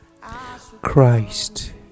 Christ